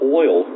oil